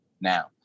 now